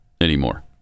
anymore